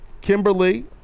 Kimberly